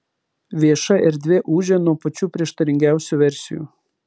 vieša erdvė ūžia nuo pačių prieštaringiausių versijų